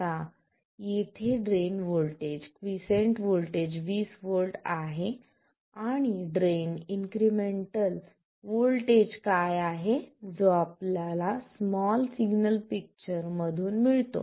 आता येथे drain voltage quiescent voltage 20 volt आहे आणि ड्रेन इन्क्रिमेंटल व्होल्टेज काय आहे जो आपल्याला स्मॉल सिग्नल पिक्चर मधून मिळतो